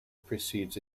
precedes